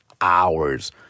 hours